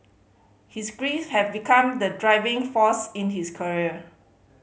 his grief have become the driving force in his career